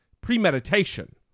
premeditation